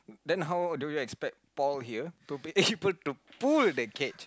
then how do you expect Paul here to be able to pull the cage